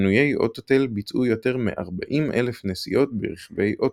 מנוי אוטותל ביצעו יותר מ 40,000 נסיעות ברכבי אוטותל.